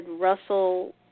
Russell